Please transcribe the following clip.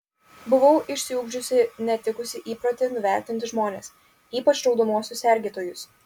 buvau išsiugdžiusi netikusį įprotį nuvertinti žmones ypač raudonuosius sergėtojus